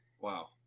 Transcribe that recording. wow